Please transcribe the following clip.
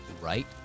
right